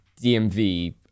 DMV